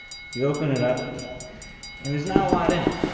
you open it up and there's not a lot in it.